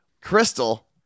Crystal